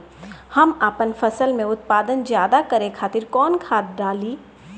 हम आपन फसल में उत्पादन ज्यदा करे खातिर कौन खाद डाली?